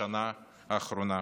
בשנה האחרונה.